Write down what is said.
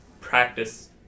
practice